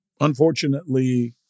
Unfortunately